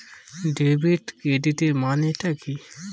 Debit ক্রেডিটের মানে টা কি?